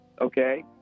okay